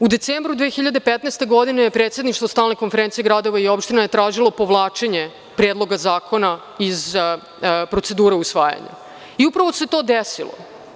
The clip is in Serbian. U decembru 2015. godine je predstavništvo Stalne konferencije gradova i opština tražilo povlačenje Predloga zakona iz procedure usvajanja, i upravo se to desilo.